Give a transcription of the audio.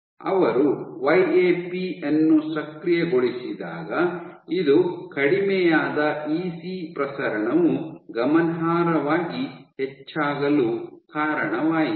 ಅವರು Y A P ಅನ್ನು ಸಕ್ರಿಯಗೊಳಿಸಿದಾಗ ಇದು ಕಡಿಮೆಯಾದ ಇಸಿ ಪ್ರಸರಣವು ಗಮನಾರ್ಹವಾಗಿ ಹೆಚ್ಚಾಗಲು ಕಾರಣವಾಯಿತು